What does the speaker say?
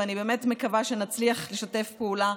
ואני באמת מקווה שנצליח לשתף פעולה